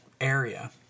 area